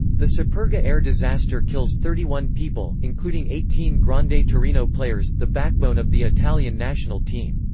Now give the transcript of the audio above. the superga air disaster kills thirty one people, including eighteen grande ah torino players, the backbone of the italian national team.